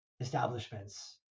establishments